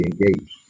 engaged